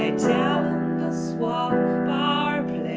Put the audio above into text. to swap our